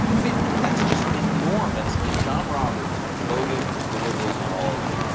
i mean, that's just enormous. and john roberts voted with the liberals on all of them.